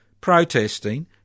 protesting